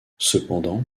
cependant